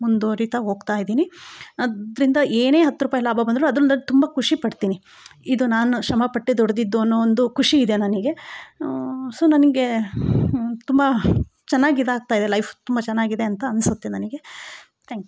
ಮುಂದುವರೀತ ಹೋಗ್ತಾ ಇದ್ದೀನಿ ಅದರಿಂದ ಏನೇ ಹತ್ತು ರೂಪಾಯಿ ಲಾಭ ಬಂದರೂ ಅದರಿಂದ ತುಂಬ ಖುಷಿ ಪಡ್ತೀನಿ ಇದು ನಾನು ಶ್ರಮಪಟ್ಟು ದುಡಿದಿದ್ದು ಅನ್ನೋ ಒಂದು ಖುಷಿಯಿದೆ ನನಗೆ ಸೊ ನನಗೆ ತುಂಬಾ ಚೆನ್ನಾಗಿ ಇದಾಗ್ತಾಯಿದೆ ಲೈಫ್ ತುಂಬ ಚೆನ್ನಾಗಿದೆ ಅಂತ ಅನಿಸುತ್ತೆ ನನಗೆ ತ್ಯಾಂಕ್ ಯು